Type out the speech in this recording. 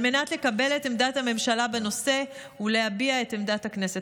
על מנת לקבל את עמדת הממשלה בנושא ולהביע את עמדת הכנסת.